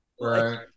Right